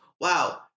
Wow